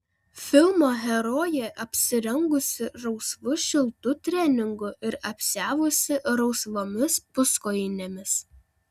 filmo herojė apsirengusi rausvu šiltu treningu ir apsiavusi rausvomis puskojinėmis